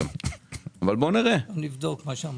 אני אבדוק את מה שאמרת.